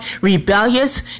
rebellious